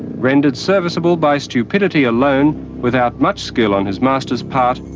rendered serviceable by stupidity alone without much skill on his master's part,